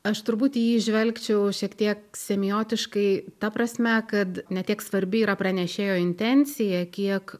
aš turbūt į jį žvelgčiau šiek tiek semiotiškai ta prasme kad ne tiek svarbi yra pranešėjo intencija kiek